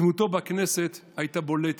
דמותו בכנסת הייתה בולטת: